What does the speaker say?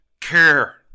care